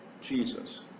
Jesus